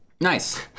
Nice